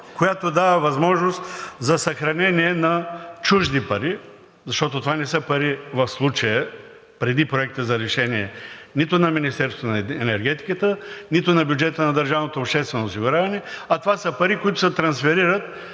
която дава възможност за съхранение на чужди пари. Защото това не са пари, в случая преди Проекта за решение, нито на Министерството на енергетиката, нито на бюджета на държавното обществено осигуряване, а това са пари, които се трансферират